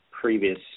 previous